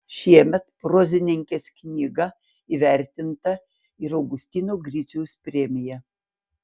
šiemet prozininkės knyga įvertinta ir augustino griciaus premija